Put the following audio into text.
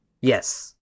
Yes